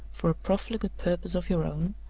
for a profligate purpose of your own,